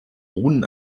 runen